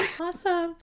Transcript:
Awesome